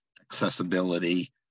accessibility